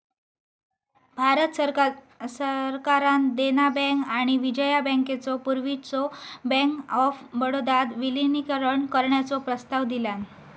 भारत सरकारान देना बँक आणि विजया बँकेचो पूर्वीच्यो बँक ऑफ बडोदात विलीनीकरण करण्याचो प्रस्ताव दिलान